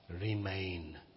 remain